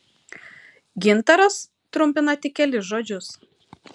gintaras trumpina tik kelis žodžius